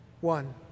one